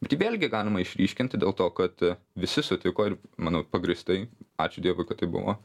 t jį vėlgi galima išryškinti dėl to kad visi sutiko ir manau pagrįstai ačiū dievui kad taip buvo